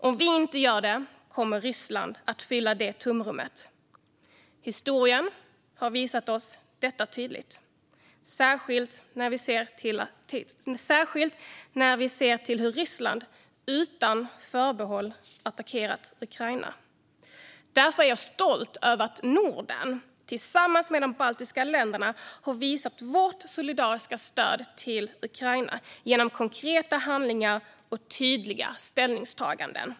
Om vi inte gör det kommer Ryssland att fylla det tomrummet. Historien har tydligt visat oss detta, särskilt när det gäller hur Ryssland utan förbehåll attackerat Ukraina. Därför är jag stolt över att vi i Norden, tillsammans med de baltiska länderna, har visat vårt solidariska stöd till Ukraina genom konkreta handlingar och tydliga ställningstaganden.